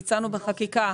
והצענו בחקיקה,